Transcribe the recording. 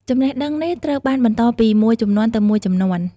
ចំណេះដឹងនេះត្រូវបានបន្តពីមួយជំនាន់ទៅមួយជំនាន់។